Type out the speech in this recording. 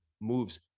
moves